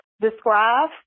Describe